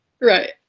right